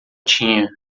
tinha